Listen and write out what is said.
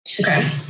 Okay